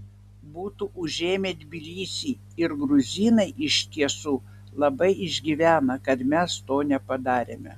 būtų užėmę tbilisį ir gruzinai iš tiesų labai išgyvena kad mes to nepadarėme